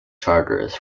charters